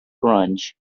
grunge